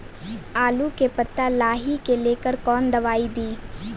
आलू के पत्ता लाही के लेकर कौन दवाई दी?